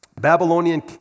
Babylonian